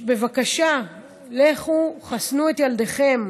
בבקשה, לכו חסנו את ילדיכם,